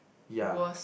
ya